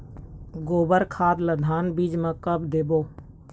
गोबर खाद ला धान बीज म कब देबो?